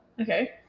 Okay